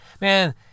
Man